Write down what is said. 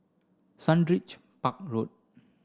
Sundridge Park Road